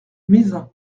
mézin